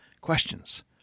questions